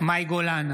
מאי גולן,